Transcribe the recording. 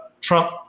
Trump